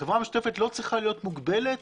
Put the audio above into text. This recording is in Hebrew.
החברה המשותפת לא צריכה להיות מוגבלת